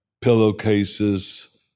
pillowcases